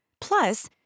Plus